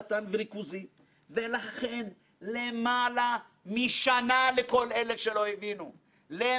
לקח לנו עד שמצאנו אנשים מן השורה הראשונה